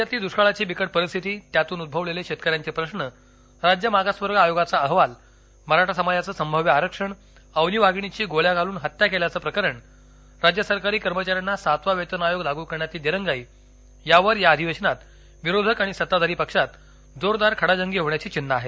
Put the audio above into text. राज्यातली दुष्काळाची बिकट परिस्थिती त्यातून उद्ववलेले शेतकर्यांलचे प्रश्न राज्य मागासवर्ग आयोगाचा अहवाल मराठा समाजाचं संभाव्य आरक्षण अवनी वाधिणीची गोळ्या घालून हत्या केल्याचं प्रकरण राज्य सरकारी कर्मचाऱ्यांना सातवा वेतन आयोग लागू करण्यातली दिरंगाई यावर या अधिवेशनात विरोधक आणि सत्ताधारी पक्षात जोरदार खडाजंगी होण्याची चिन्हं आहेत